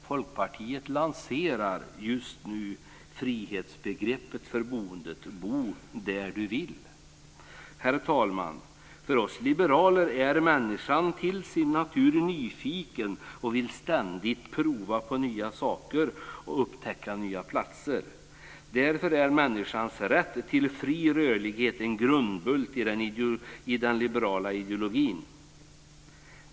Folkpartiet lanserar just nu frihetsbegreppet för boendet, Bo där du vill. Herr talman! För oss liberaler är människan till sin natur nyfiken och vill ständigt prova på nya saker och upptäcka nya platser. Därför är människans rätt till fri rörlighet en grundbult i den liberala ideologin.